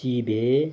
चिबे